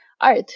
art